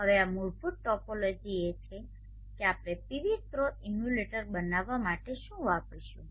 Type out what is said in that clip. હવે આ મૂળભૂત ટોપોલોજી એ છે કે આપણે પીવી સ્રોત ઇમ્યુલેટર બનાવવા માટે શું વાપરીશું